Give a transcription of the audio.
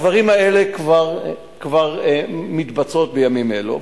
הדברים האלה כבר מתבצעים בימים אלו.